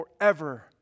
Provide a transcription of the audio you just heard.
forever